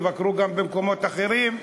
שיבקרו גם במקומות אחרים,